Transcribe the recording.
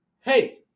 Hey